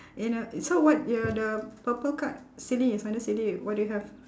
you know so what your the purple card silly it's under silly what do you have